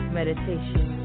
meditation